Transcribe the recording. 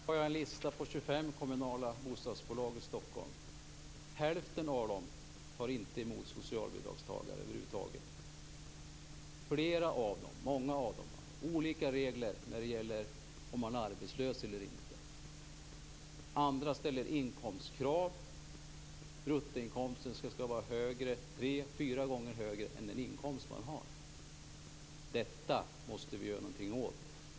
Fru talman! Jag har en lista över 25 kommunala bostadsbolag i Stockholm. Hälften av dem tar över huvud taget inte emot socialbidragstagare. Många av dem har olika regler för om man är arbetslös eller inte. Andra ställer inkomstkrav - bruttoinkomsten skall vara tre eller fyra gånger högre än den inkomst man har. Detta måste vi göra något åt.